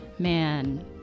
Man